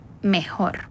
mejor